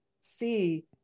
see